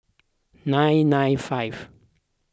nine nine five